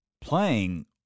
playing